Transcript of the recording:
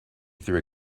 through